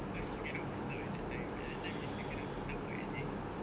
because you cannot meet up at that time at that time we still cannot meet up for any activities